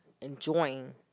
enjoying